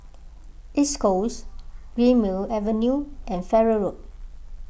East Coast Greenmead Avenue and Farrer Road